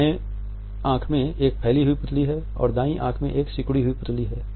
बायें आँख में एक फैली हुई पुतली है और दायीं आँख में एक सिकुड़ी हुई पुतली है